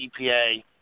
EPA